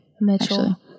Mitchell